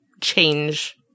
change